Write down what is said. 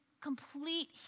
complete